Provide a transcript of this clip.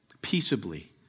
peaceably